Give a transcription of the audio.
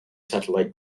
satellite